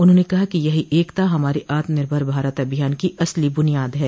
उन्होंने कहा कि यही एकता हमारे आत्मनिर्भर भारत अभियान की असली बुनियाद है